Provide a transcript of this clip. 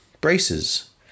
braces